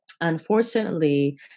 Unfortunately